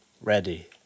ready